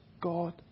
God